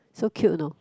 so cute you know